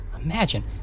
Imagine